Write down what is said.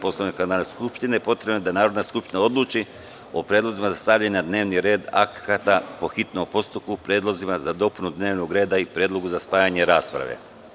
Poslovnika Narodne skupštine potrebno je da Narodna skupština odluči o predlozima za stavljanje na dnevni red akata po hitnom postupku, predlozima za dopunu dnevnog reda i predlogu za spajanje rasprave.